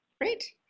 Great